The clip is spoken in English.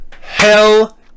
Hell